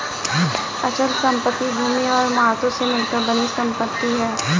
अचल संपत्ति भूमि और इमारतों से मिलकर बनी संपत्ति है